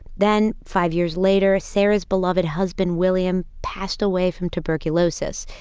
then five years later, sarah's beloved husband william passed away from tuberculosis.